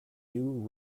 new